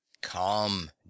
Come